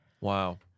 Wow